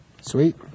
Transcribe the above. sweet